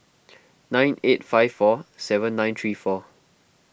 nine eight five four seven nine three four